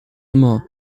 immer